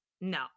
no